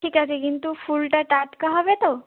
ঠিক আছে কিন্তু ফুলটা টাটকা হবে তো